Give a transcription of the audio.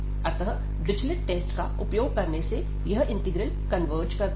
अतः Dirichlet test का उपयोग करने से यह इंटीग्रल कन्वर्ज करता है